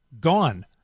gone